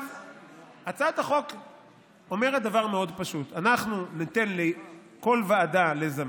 הצעת החוק אומרת דבר מאוד פשוט: אנחנו ניתן לכל ועדה לזמן,